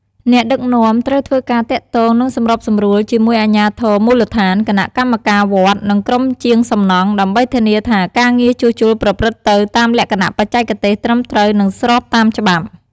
អ្នកដឹកនាំត្រូវធ្វើការទាក់ទង និងសម្របសម្រួលជាមួយអាជ្ញាធរមូលដ្ឋាន គណៈកម្មការវត្ត និងក្រុមជាងសំណង់ ដើម្បីធានាថាការងារជួសជុលប្រព្រឹត្តទៅតាមលក្ខណៈបច្ចេកទេសត្រឹមត្រូវ និងស្របតាមច្បាប់។